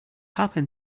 happen